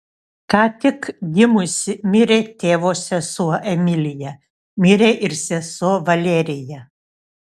ką tik gimusi mirė tėvo sesuo emilija mirė ir sesuo valerija